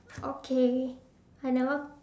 okay I never